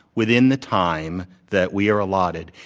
within the time that we are allotted,